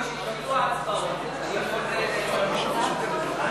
בקריאה טרומית ותועבר להכנה לקריאה